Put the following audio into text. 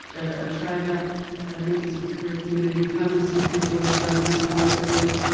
a trader, and members of the koori community, homelessness network, drug and alcohol network,